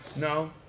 No